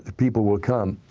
people will come.